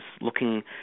looking